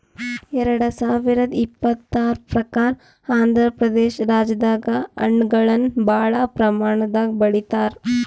ಎರಡ ಸಾವಿರದ್ ಇಪ್ಪತರ್ ಪ್ರಕಾರ್ ಆಂಧ್ರಪ್ರದೇಶ ರಾಜ್ಯದಾಗ್ ಹಣ್ಣಗಳನ್ನ್ ಭಾಳ್ ಪ್ರಮಾಣದಾಗ್ ಬೆಳದಾರ್